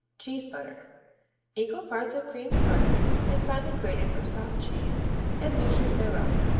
cheese butter equal parts of creamed butter and finely grated or soft cheese and mixtures thereof.